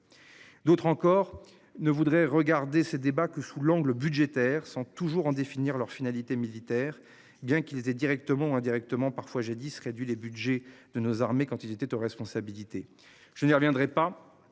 D'autres encore ne voudrais regarder ces débats que sous l'angle budgétaire sont toujours en définir leur finalité militaire bien qu'il était directement ou indirectement parfois j'ai 10 réduit les Budgets de nos armées quand il était aux responsabilités, je n'y reviendrai pas